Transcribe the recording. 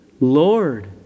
Lord